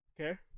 Okay